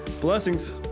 Blessings